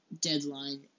deadline